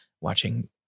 watching